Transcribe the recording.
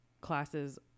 classes